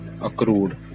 accrued